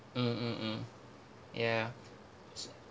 mm mm mm ya